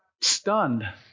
stunned